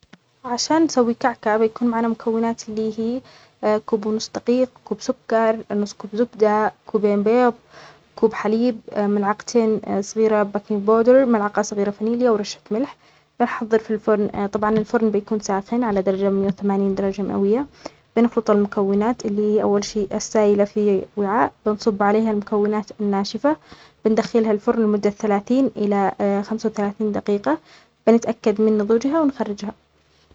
عشان نسوي كعكه بيكون معانا المكونات اللي هي كوب و نصف دقيق، كوب سكر، نصف كوب زبدة، كوبين بيض، كوب حليب، ملعقتين صغيرة بكن بودر، ملعقة صغيرة فانيليا ورشة ملح بنحضر في الفرن طبعا الفرن بيكون ساعتين على درجة ماية و ثمانين درجة مئوية بنخلط المكونات اللي هي أول شي السائلة في وعاء بنصب عليها المكونات الناشفة بندخلها الفرن لمدة ثلاثين إلى خمسة و ثلاثين دقيقة، بنتأكد من نضوجها ونخرجها.